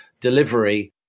delivery